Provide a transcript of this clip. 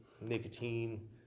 nicotine